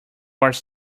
was